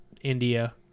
India